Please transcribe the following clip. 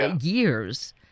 years